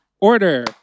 Order